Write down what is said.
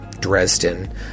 Dresden